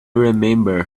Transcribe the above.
remember